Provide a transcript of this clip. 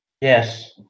Yes